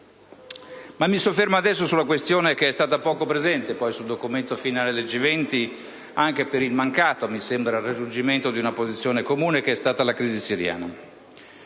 Mi soffermo adesso sulla questione che è stata poco presente nel documento finale del G20, anche per il mancato - mi sembra - raggiungimento di una posizione comune: la crisi siriana.